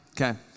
okay